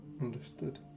Understood